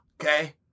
okay